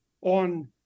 on